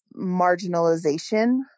marginalization